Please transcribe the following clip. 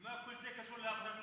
ומה כל זה קשור להפרטה?